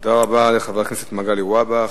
תודה רבה לחבר הכנסת מגלי והבה.